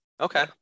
Okay